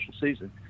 season